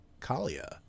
Kalia